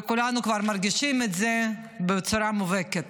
וכולנו כבר מרגישים את זה בצורה מובהקת.